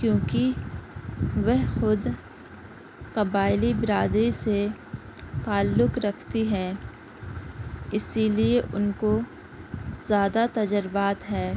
کیوںکہ وہ خود قبائلی برادری سے تعلق رکھتی ہیں اسی لیے ان کو زیادہ تجربات ہے